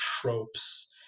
tropes